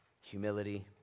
humility